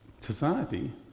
society